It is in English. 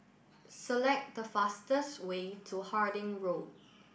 select the fastest way to Harding Road